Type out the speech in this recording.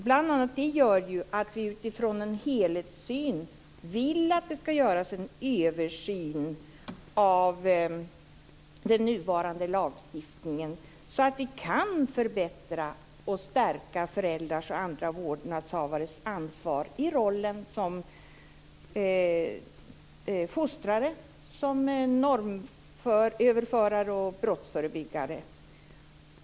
Bl.a. detta gör att vi utifrån en helhetssyn vill att det ska göras en översyn av den nuvarande lagstiftningen, så att vi kan förbättra och stärka föräldrars och andra vårdnadshavares ansvar i rollen som fostrare, normöverförare och brottsförebyggare.